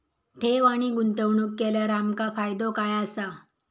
ठेव आणि गुंतवणूक केल्यार आमका फायदो काय आसा?